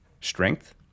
strength